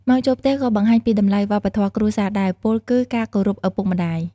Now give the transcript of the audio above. ម៉ោងចូលផ្ទះក៏បង្ហាញពីតម្លៃវប្បធម៌គ្រួសារដែរ ពោលគឺ ការគោរពឪពុកម្តាយ។